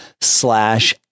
slash